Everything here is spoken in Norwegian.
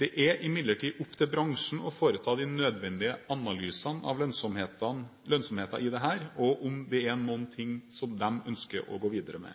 Det er imidlertid opp til bransjen å foreta de nødvendige analysene av lønnsomheten i dette og om det er noe de ønsker å gå videre med.